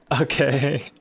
Okay